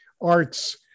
arts